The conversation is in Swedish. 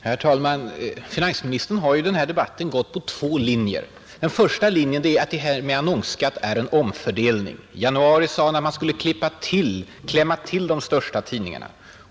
Herr talman! Finansministern har i den här debatten följt två olika linjer. Den första linjen är att annonsskatten innebär en omfördelning. I januari sade han att man skulle ”klämma åt” de största tidningarna.